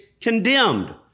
condemned